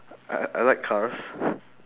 I I like cars